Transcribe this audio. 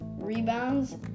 Rebounds